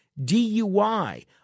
DUI